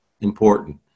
important